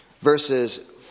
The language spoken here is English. verses